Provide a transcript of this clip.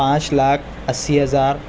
پانچ لاکھ اسّی ہزار